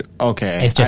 okay